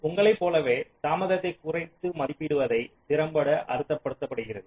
உங்களைப் போலவே தாமதத்தை குறைத்து மதிப்பிடுவதை திறம்பட அர்த்தப்படுத்துகிறது